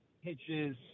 hitches